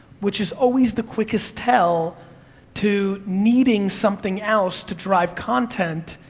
which is always the quickest tell to needing something else to drive content